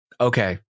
okay